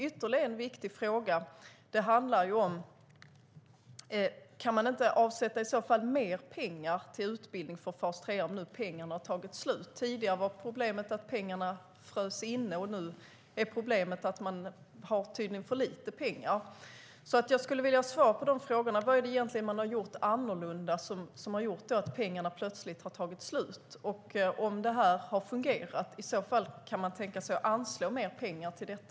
Ytterligare en viktig fråga är: Kan man inte avsätta mer pengar till utbildning för fas 3:are om pengarna har tagit slut? Tidigare var problemet att pengarna frös inne. Nu är problemet tydligen att man har för lite pengar. Jag skulle därför vilja ha svar på mina frågor: Vad är det egentligen som man har gjort annorlunda och som har gjort att pengarna plötsligt har tagit slut? Om detta har fungerat, kan man i så fall tänka sig att anslå mer pengar till det?